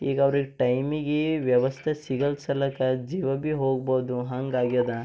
ಈಗ ಅವರ ಟೈಮಿಗೆ ವ್ಯವಸ್ಥೆ ಸಿಗಲ್ಸಲ್ಲಕ ಜೀವ ಭೀ ಹೋಗ್ಬೋದು ಹಾಗಾಗ್ಯಾದ